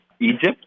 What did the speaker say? Egypt